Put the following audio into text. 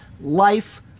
life